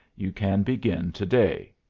you can begin to-day.